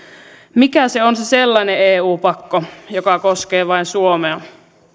mikä se on se sellainen eu pakko joka koskee vain suomea